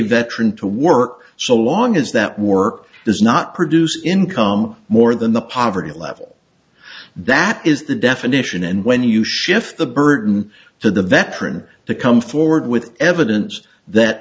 veteran to work so long as that work does not produce income more than the poverty level that is the definition and when you shift the burden to the veteran to come forward with evidence that